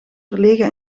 verlegen